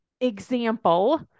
example